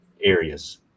areas